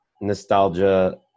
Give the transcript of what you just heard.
nostalgia